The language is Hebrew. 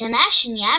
בשנה השנייה,